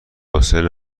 حوصله